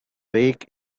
rake